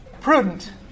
prudent